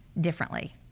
differently